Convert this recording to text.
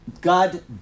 God